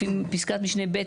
לפי פסקת משנה ב',